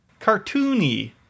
cartoony